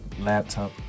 laptop